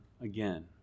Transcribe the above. again